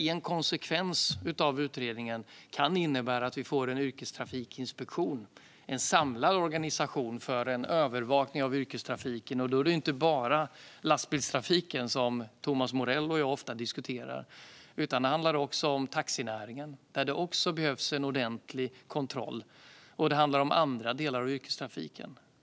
En konsekvens av den utredningen kan vara att vi får en yrkestrafikinspektion, en samlad organisation för övervakning av yrkestrafiken. Då handlar det inte bara lastbilstrafiken, som Thomas Morell och jag ofta diskuterar. Det handlar också om taxinäringen, där det också behövs ordentlig kontroll, och andra delar av yrkestrafiken.